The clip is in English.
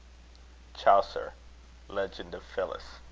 chaucer legend of phillis.